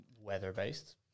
weather-based